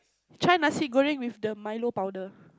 try nasi-goreng with the Milo powder